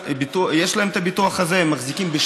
הסטודנטים שעוסקים בספורט ועוד רבים אחרים.